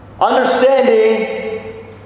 understanding